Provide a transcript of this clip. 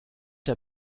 der